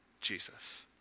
Jesus